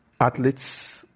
athletes